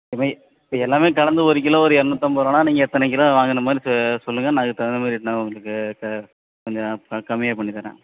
இப்போ இப்போ எல்லாமே கலந்து ஒரு கிலோ ஒரு இரநூத்தி ஐம்பது ரூபான்னால் நீங்கள் எத்தனை கிலோ வாங்கணும் மாதிரி சொ சொ சொல்லுங்கள் நான் அதுக்கு தகுந்த மாதிரி நான் உங்களுக்கு இப்போ கொஞ்சம் இப்போ கம்மியாக பண்ணித் தர்றேன்